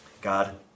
God